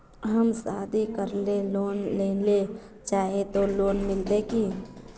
हम शादी करले लोन लेले चाहे है लोन मिलते की?